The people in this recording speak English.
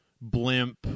blimp